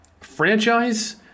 Franchise